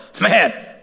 man